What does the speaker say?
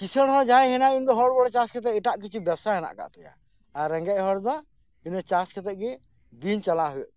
ᱠᱤᱸᱥᱟᱬ ᱦᱚᱲ ᱡᱟᱦᱟᱸᱭ ᱢᱮᱱᱟᱭ ᱩᱱᱤ ᱫᱚ ᱦᱚᱲᱵᱚᱲ ᱪᱟᱥ ᱠᱟᱛᱮ ᱮᱴᱟᱜ ᱠᱤᱪᱷᱩ ᱵᱮᱵᱽᱥᱟ ᱢᱮᱱᱟᱜ ᱠᱟᱫ ᱛᱟᱭᱟ ᱟᱨ ᱨᱮᱸᱜᱮᱡ ᱦᱚᱲ ᱫᱚ ᱤᱱᱟᱹ ᱪᱟᱥ ᱠᱟᱛᱮ ᱜᱮ ᱫᱤᱱ ᱪᱟᱞᱟᱣ ᱦᱩᱭᱩᱜ ᱛᱟᱭᱟ